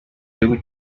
gihugu